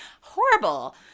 horrible